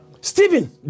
Stephen